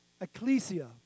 ecclesia